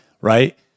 right